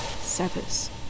severs